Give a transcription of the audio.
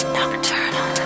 Nocturnal